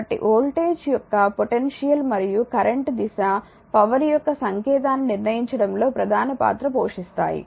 కాబట్టి వోల్టేజ్ యొక్క పొటెన్షియల్ మరియు కరెంట్ దిశ పవర్ యొక్క సంకేతాన్ని నిర్ణయించడంలో ప్రధాన పాత్ర పోషిస్తాయి